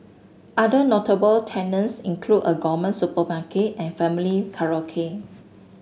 other notable tenants include a gourmet supermarket and family karaoke